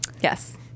Yes